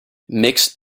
mixed